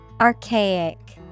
Archaic